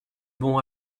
bon